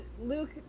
Luke